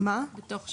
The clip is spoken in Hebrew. בתוך שנה.